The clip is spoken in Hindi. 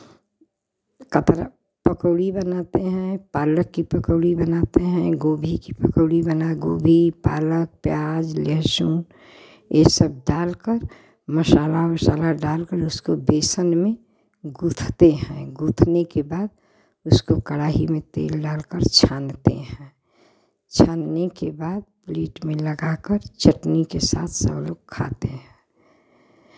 कपड़ा पकौड़ी बनाते हैं पालक की पकौड़ी बनाते हैं गोभी की पकौड़ी बना गोभी पालक प्याज लहसुन ये सब डाल कर मसाला उसाला डाल कर उसको बेसन में गूँथते हैं गूँथने के बाद उसको कड़ाही में तेल डाल कर छानते हैं छानने के बाद प्लेट में लगा कर चटनी के साथ सब लोग खाते हैं